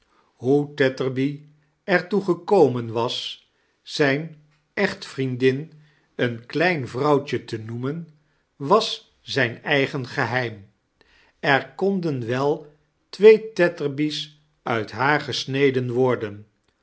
hoe tetterby er toe gekomen was zijn echtvriendin een klein vrouwtje te noemen was zijn eigen geheim er konden wel twee tetterby's uit haar gesneden worden